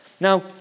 Now